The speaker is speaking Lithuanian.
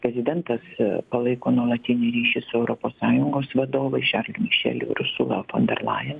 prezidentas palaiko nuolatinį ryšį su europos sąjungos vadovais šerliu mišeliu ir ursula fonderlajen